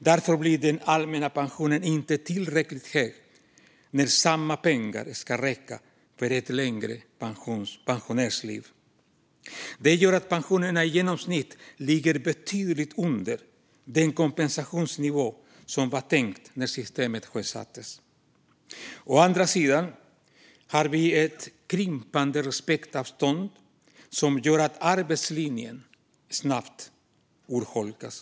Därför blir den allmänna pensionen inte tillräckligt hög när samma pengar ska räcka för ett längre pensionärsliv. Det gör att pensionerna i genomsnitt ligger betydligt under den kompensationsnivå som var tänkt när systemet sjösattes. Den andra utmaningen är ett krympande respektavstånd som gör att arbetslinjen snabbt urholkas.